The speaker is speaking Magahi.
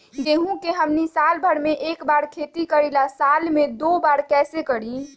गेंहू के हमनी साल भर मे एक बार ही खेती करीला साल में दो बार कैसे करी?